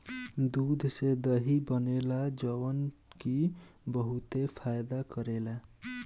दूध से दही बनेला जवन की बहुते फायदा करेला